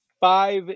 five